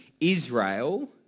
Israel